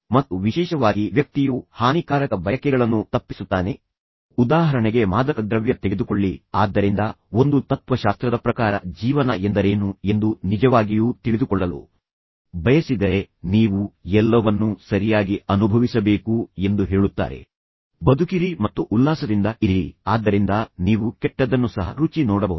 ಮತ್ತು ವಿಶೇಷವಾಗಿ ವ್ಯಕ್ತಿಯು ಹಾನಿಕಾರಕ ಬಯಕೆಗಳನ್ನು ತಪ್ಪಿಸುತ್ತಾನೆ ಉದಾಹರಣೆಗೆ ಮಾದಕ ದ್ರವ್ಯ ತೆಗೆದುಕೊಳ್ಳಿ ಆದ್ದರಿಂದ ಒಂದು ತತ್ವಶಾಸ್ತ್ರದ ಪ್ರಕಾರ ಜೀವನ ಎಂದರೇನು ಎಂದು ನಿಜವಾಗಿಯೂ ತಿಳಿದುಕೊಳ್ಳಲು ಬಯಸಿದರೆ ನೀವು ಎಲ್ಲವನ್ನೂ ಸರಿಯಾಗಿ ಅನುಭವಿಸಬೇಕು ಎಂದು ಹೇಳುತ್ತಾರೆ ಬದುಕಿರಿ ಮತ್ತು ಉಲ್ಲಾಸದಿಂದ ಇರಿ ಆದ್ದರಿಂದ ನೀವು ಕೆಟ್ಟದ್ದನ್ನು ಸಹ ರುಚಿ ನೋಡಬಹುದು